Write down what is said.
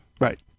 Right